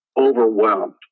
overwhelmed